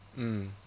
mm